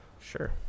Sure